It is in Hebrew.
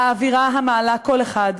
האווירה המעלה כל אחד,